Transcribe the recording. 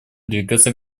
двигаться